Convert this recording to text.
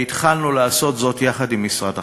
והתחלנו לעשות זאת יחד עם משרד החקלאות.